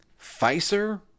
Pfizer